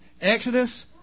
Exodus